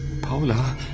Paula